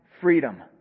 freedom